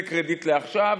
זה קרדיט לעכשיו,